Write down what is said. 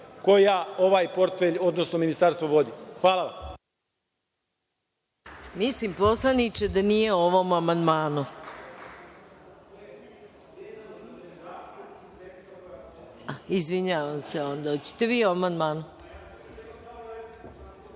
koja ovaj portfelj, odnosno ministarstvo vodi. Hvala.